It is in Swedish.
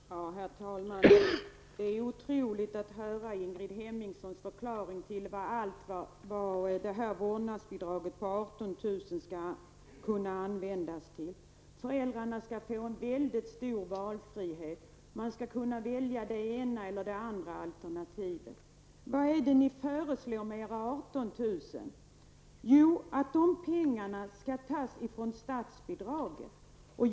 Herr talman! Det är otroligt att lyssna till Ingrid Hemmingsson uppräkning av allt som det här vårdnadsbidraget på 18 000 kr. skall kunna användas till. Föräldrarna skall få en väldigt stor valfrihet. De skall kunna välja det ena eller andra alternativet. Vad ni föreslår är att dessa 18 000 kr. skall tas från statsbidraget.